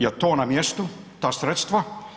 Jel to na mjestu, ta sredstva?